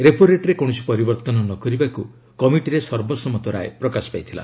repo rate ରେ କୌଣସି ପରିବର୍ତ୍ତନ ନ କରିବାକୁ କମିଟିରେ ସର୍ବସମ୍ମତ ରାୟ ପ୍ରକାଶ ପାଇଥିଲା